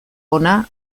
hona